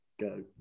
Go